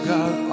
God